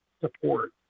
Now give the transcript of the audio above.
support